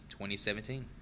2017